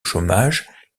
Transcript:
chômage